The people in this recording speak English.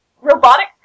robotic